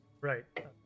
right